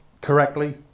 correctly